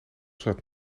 zat